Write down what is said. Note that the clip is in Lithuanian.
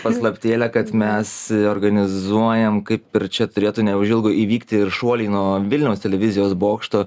paslaptėlę kad mes organizuojam kaip ir čia turėtų neužilgo įvykti ir šuoliai nuo vilniaus televizijos bokšto